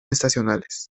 estacionales